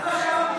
מה שאמרתי